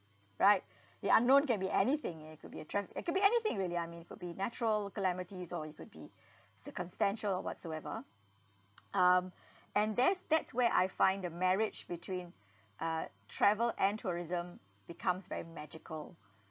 right the unknown can be anything it could be a drag it could be anything really I mean it could be natural calamities or it could be circumstantial or whatsoever um and that's that's where I find the marriage between uh travel and tourism becomes very magical